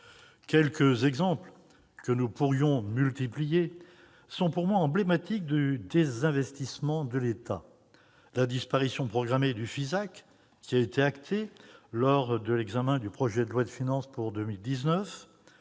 Quelques exemples, que nous pourrions multiplier, me semblent emblématiques du désinvestissement de l'État : la disparition programmée du Fisac, qui a été actée lors de l'examen du projet de loi de finances pour 2019